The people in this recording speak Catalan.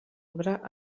obra